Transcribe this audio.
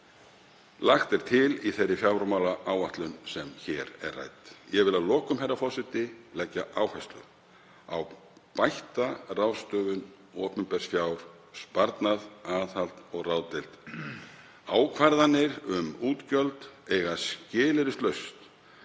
lagt er til í þeirri fjármálaáætlun sem hér er rædd. Ég vil að lokum leggja áherslu á bætta ráðstöfun opinbers fjár, sparnað, aðhald og ráðdeild. Ákvarðanir um útgjöld eiga skilyrðislaust